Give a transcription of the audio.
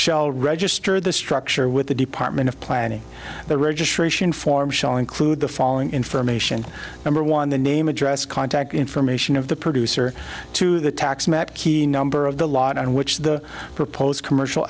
shell register the structure with the department of planning the registration form shall include the following information number one the name address contact information of the producer to the tax map key number of the lot on which the proposed commercial